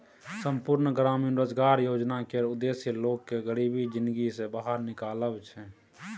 संपुर्ण ग्रामीण रोजगार योजना केर उद्देश्य लोक केँ गरीबी जिनगी सँ बाहर निकालब छै